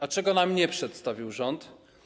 A czego nam nie przedstawił rząd?